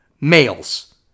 males